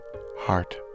heart